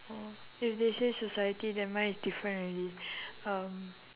uh if they say society then mine is different already um